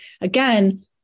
again